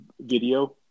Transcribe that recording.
video